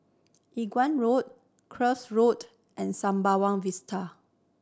Inggu Road Cuff Road and Sembawang Vista